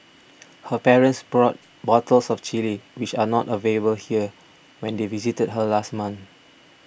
her parents brought bottles of the Chilli which are not available here when they visited her last month